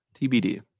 tbd